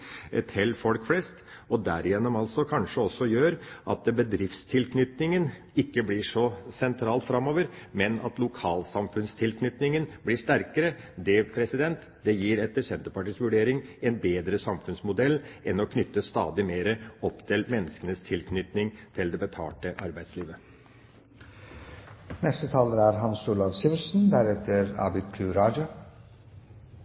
til folk flest, og derigjennom vil kanskje bedriftstilknytningen ikke bli så sentral framover, men lokalsamfunnstilknytningen bli sterkere. Det gir, etter Senterpartiets vurdering, en bedre samfunnsmodell enn å knytte stadig mer opp til menneskers tilknytning til det betalte